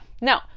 No